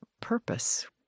purpose